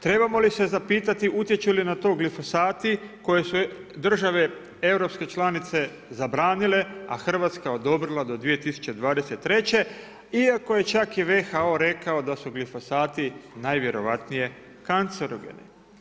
Trebamo li se zapitati utječu li na to glifosati koje su države europske članice zabranile a Hrvatska odobrila do 2023. iako je WHO rekao da su glifosati najvjerojatnije kancerogeni?